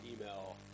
email